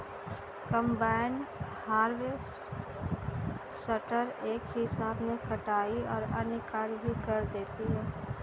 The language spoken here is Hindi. कम्बाइन हार्वेसटर एक ही साथ में कटाई और अन्य कार्य भी कर देती है